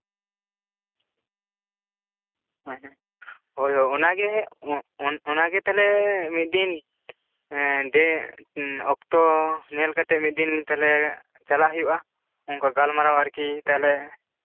ᱩᱸᱦᱩᱸᱜ ᱦᱳᱭ ᱦᱳᱭ ᱚᱱᱼᱚᱱᱟᱜᱮ ᱛᱟᱞᱦᱮ ᱢᱤᱫ ᱫᱤᱱ ᱮᱸᱜ ᱰᱮ ᱚᱠᱛᱚ ᱧᱮᱞ ᱠᱟᱛᱮᱫ ᱢᱤᱫ ᱫᱤᱱ ᱜᱟᱱ ᱛᱟᱞᱦᱮ ᱪᱟᱞᱟᱜ ᱦᱩᱭᱩᱜᱼᱟ ᱚᱱᱠᱟ ᱜᱟᱞᱢᱟᱨᱟᱣ ᱟᱨᱠᱤ ᱛᱟᱞᱦᱮ